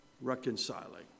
Reconciling